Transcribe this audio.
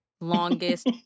longest